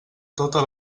totes